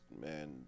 man